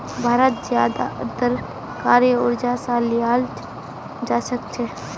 भारत ज्यादातर कार क़र्ज़ स लीयाल जा छेक